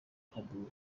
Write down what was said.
akadiho